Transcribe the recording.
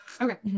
Okay